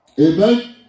Amen